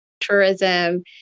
Tourism